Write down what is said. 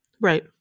Right